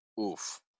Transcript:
oof